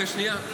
שנייה.